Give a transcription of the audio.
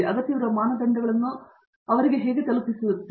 ಮತ್ತು ನಿಮಗೆ ಅಗತ್ಯವಿರುವ ಮಾನದಂಡಗಳಿಗೆ ಅವುಗಳನ್ನು ತರಲು ನಿಮಗೆ ಹೇಗೆ ಗೊತ್ತು